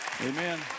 Amen